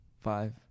Five